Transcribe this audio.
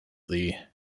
the